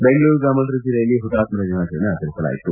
ಬೆಂಗಳೂರು ಗ್ರಾಮಾಂತರ ಬೆಲ್ಲೆಯಲ್ಲಿ ಹುತಾತ್ದರ ದಿನಾಚರಣೆ ಆಚರಿಸಲಾಯಿತು